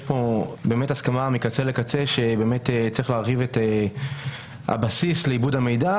יש פה הסכמה מקצה לקצה שצריך להרחיב את הבסיס לעיבוד המידע,